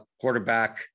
quarterback